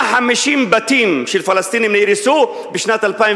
150 בתים של פלסטינים נהרסו בשנת 2010